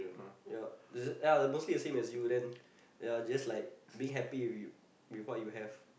yup is it ya mostly the same as you then ya just like being happy with you with what you have